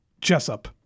Jessup